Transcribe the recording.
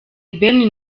ben